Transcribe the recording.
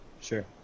Sure